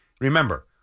remember